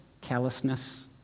callousness